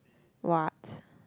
what